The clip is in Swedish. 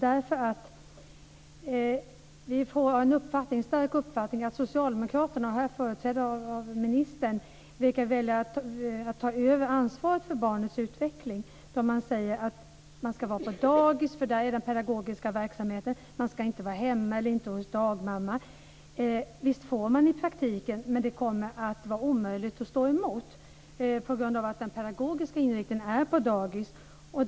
Vi har en stark uppfattning av att socialdemokraterna, här företrädda av ministern, verkar vilja ta över ansvaret för barnens utveckling då de säger att barnen ska vara på dagis, eftersom den pedagogiska verksamheten finns där. Barnen ska inte vara hemma eller hos dagmamma. Visst får de vara det i praktiken, men det kommer att vara omöjligt att stå emot på grund av att den pedagogiska inriktningen finns på dagis.